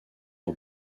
sur